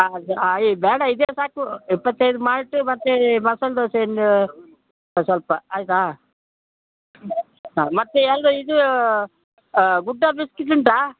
ಹಾಂ ಅದೇ ಈ ಇದೇ ಸಾಕು ಇಪ್ಪತ್ತೈದು ಮಾಲ್ಟು ಮತ್ತು ಮಸಾಲೆ ದೋಸೆ ಇನ್ನು ಒಂದು ಸ್ವಲ್ಪ ಆಯಿತಾ ಹಾಂ ಮತ್ತು ಅಲ್ಲ ಇದು ಗುಡ್ಡ ಬಿಸ್ಕೆಟ್ ಉಂಟಾ